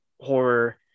horror